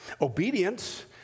Obedience